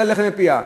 שיהיה לחם לפיה.